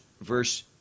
verse